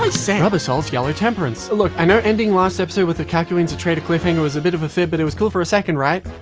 say rubber soul's yellow temperance look, i know ending last episode with a kakyoin's a traitor cliffhanger was a bit of a fib but it was cool for a second right.